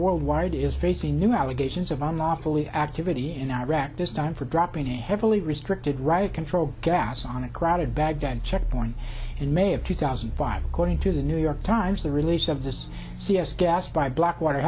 worldwide is facing new allegations of unlawfully activity in iraq this time for dropping a heavily restricted riot control gas on a crowded baghdad checkpoint in may of two thousand and five according to the new york times the release of this c s gas by blackwater